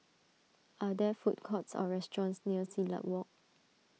are there food courts or restaurants near Silat Walk